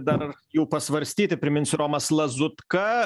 dar jų pasvarstyti priminsiu romas lazutka